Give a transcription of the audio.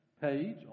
page